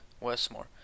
Westmore